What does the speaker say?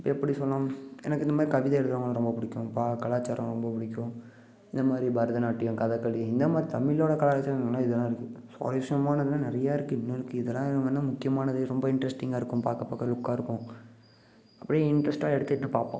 எப்படி சொல்லலாம் எனக்கு இந்தமாதிரி கவிதை எழுதுறவங்களை ரொம்ப பிடிக்கும் கலாச்சாரம் ரொம்ப பிடிக்கும் இந்தமாதிரி பரதநாட்டியம் கதக்களி இந்த மாதிரி தமிழோட கலாச்சாரங்கள்னா இன்னும் இதலாம் இருக்கும் சுவாரஸ்யமானதுலாம் நிறையா இருக்கு இன்னும் இருக்கு இதெல்லாம் வேணுமுன்னா முக்கியமானது ரொம்ப இன்ட்ரஸ்டிங்காக இருக்கும் பார்க்க பார்க்க லுக்காக இருக்கும் அப்டியே இன்ட்ரஸ்ட்டாக எடுத்துக்கிட்டு பார்ப்போம்